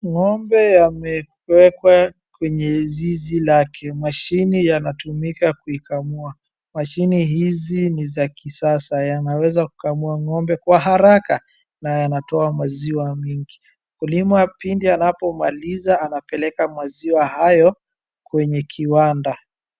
Ng'ombe amewekwa kwenye zizi lake, mashini yanatumika kuikamua. Mashini hizi ni za kisasa yanaweza kukamua ng'ombe kwa haraka na yanatoa maziwa mingi. Mkulima pindi anapomaliza anapeleka maziwa hayo kwenye kiwanda.